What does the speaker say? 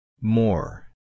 More